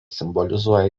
simbolizuoja